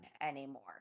anymore